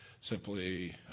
simply